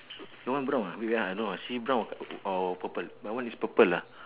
your one brown ah wait ah I know I see brown or purple my one is purple lah